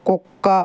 కుక్క